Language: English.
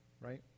right